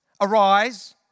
arise